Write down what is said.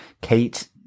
Kate